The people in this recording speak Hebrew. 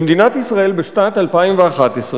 במדינת ישראל בשנת 2011,